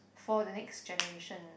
for the next generation